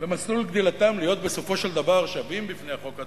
במסלול גדילתם להיות בסופו של דבר שווים בפני החוק,